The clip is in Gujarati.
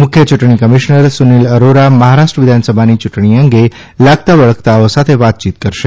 મુખ્ય ચૂંટણી કમીશનર સુનીલ અરોરા મહારાષ્ટ્ર વિધાનસભાની ચૂંટણી અંગે લાગતાવળગતાઓ સાથે વાતચીત કરશે